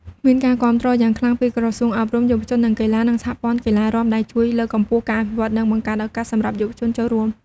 មានការគាំទ្រយ៉ាងខ្លាំងពីក្រសួងអប់រំ យុវជន និងកីឡា និងសហព័ន្ធកីឡារាំ ដែលជួយលើកកម្ពស់ការអភិវឌ្ឍន៍ និងបង្កើតឱកាសសម្រាប់យុវជនចូលរួម។